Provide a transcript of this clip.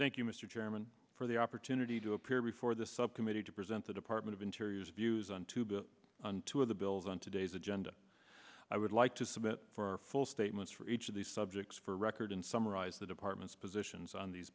thank you mr chairman for the opportunity to appear before the subcommittee to present the department of interior views on to build on two of the bills on today's agenda i would like to submit for our full statements for each of these subjects for record summarize the department's positions on these